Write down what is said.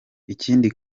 ikindi